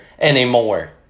anymore